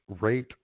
rate